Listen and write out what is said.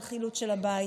על חילוט הבית,